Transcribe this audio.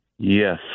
Yes